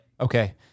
Okay